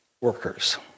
workers